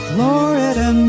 Florida